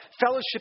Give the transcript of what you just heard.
Fellowship